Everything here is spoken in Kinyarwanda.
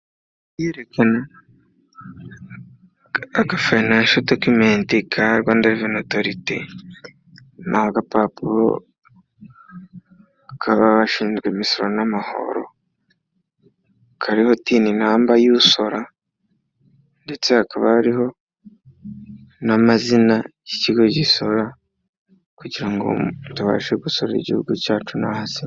Agafayinansho dokimenti ka Rwanda reveni otoriti. Ni agapapuro k’abashinzwe imisoro n'amahoro, kariho tini namba y’usora. Ndetse hakaba hariho n'amazina y'ikigo gisora, kugira ngo tubashe gusorera igihugu cyacu no hasi.